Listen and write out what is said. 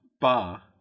bar